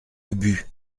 ubu